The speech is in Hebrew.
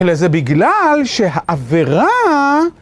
אלא זה בגלל שהעבירה...